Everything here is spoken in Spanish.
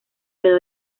quedó